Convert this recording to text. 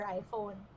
iPhone